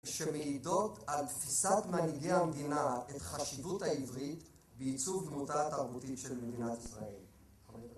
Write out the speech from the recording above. שמעידות על תפיסת מנהיגי המדינה את חשיבות העברית בעיצוב דמותה התרבותית של מדינת ישראל.